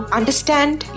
understand